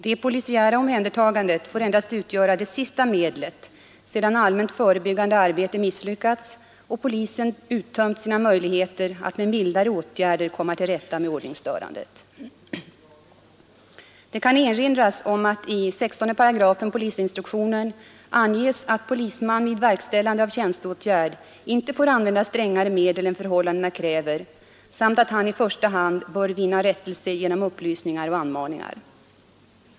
Det polisiära omhändertagandet får endast utgöra det sista medlet sedan allmänt förebyggande arbete misslyckats och polisen uttömt sina möjligheter att med mildare åtgärder komma till rätta med ordningsstörandet. Det kan erinras om att i 16 § polisinstruktionen anges att polisman vid verkställande av tjänsteåtgärd inte får använda strängare medel än förhållandena kräver samt att han i första hand bör söka vinna rättelse genom upplysningar och anmaningar.